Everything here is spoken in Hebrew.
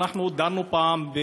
אנחנו דנו פעם,